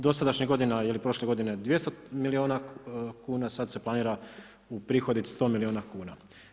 Dosadašnjih godina ili prošle godine, 200 milijuna kuna, sad se planira uprihoditi 100 milijuna kuna.